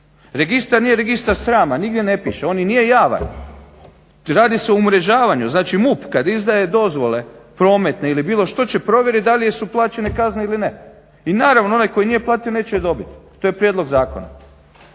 Registar nije registar srama, nigdje ne piše on i nije javan. Radi se o umrežavanju. Znači, MUP kad izdaje dozvole prometne ili bilo što će provjeriti jesu plaćene kazne ili ne. I naravno onaj koji nije platio neće je dobiti. To je prijedlog zakona.